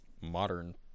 modern